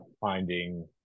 finding